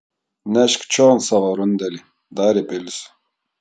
nešk čion savo rundelį dar įpilsiu